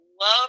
love